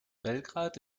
belgrad